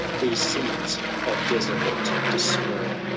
these scenes of desolate despair.